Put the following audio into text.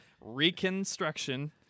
Reconstruction